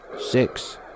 six